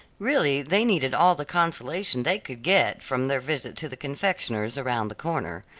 really they needed all the consolation they could get from their visit to the confectioner's around the corner.